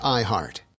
iHeart